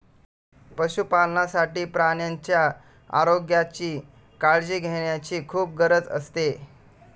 पशुपालनासाठी प्राण्यांच्या आरोग्याची काळजी घेण्याची खूप गरज असते